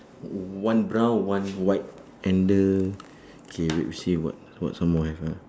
one brown one white and the K wait we see got got some more have or not